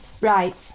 Right